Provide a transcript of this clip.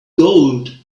gold